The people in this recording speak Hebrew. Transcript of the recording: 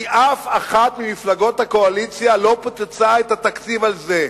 כי אף אחת ממפלגות הקואליציה לא פוצצה את התקציב על זה.